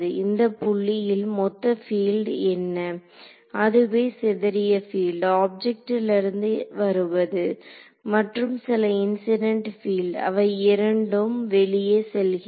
இந்தப் புள்ளியில் மொத்த பீல்ட் என்ன அதுவே சிதறிய பீல்ட் ஆப்ஜெக்ட்டிலிருந்து இருந்து வருவது மற்றும் சில இன்சிடென்ட் பீல்ட் அவை இரண்டும் வெளியே செல்கிறது